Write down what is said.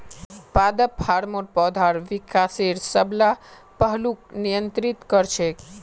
पादप हार्मोन पौधार विकासेर सब ला पहलूक नियंत्रित कर छेक